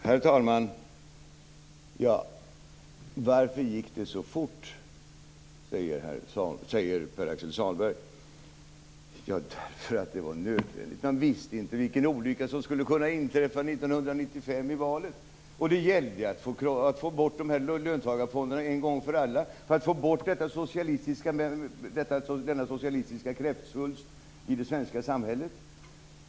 Herr talman! Varför gick det så fort, frågar Pär Axel Sahlberg. Jo, därför att det var nödvändigt. Man visste inte vilken olycka som skulle kunna inträffa 1995 i valet. Det gällde att få bort de här löntagarfonderna en gång för alla, för att få bort denna socialistiska kräftsvulst i det svenska samhället.